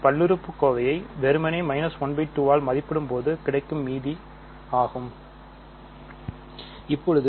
பல்லுறுப்புக்கோவையை வெறுமனே 12 ஆல் மதிப்பிடும் பொழுது கிடைக்கும் மீதி ஆகும்